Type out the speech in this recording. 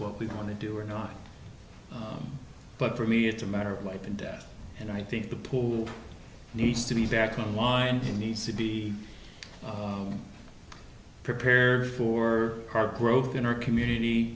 what we want to do or not but for me it's a matter of life and death and i think the pool needs to be back on line he needs to be prepared for our growth in our community